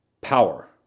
power